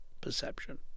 perception